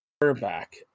quarterback